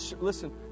Listen